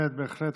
בהחלט, בהחלט.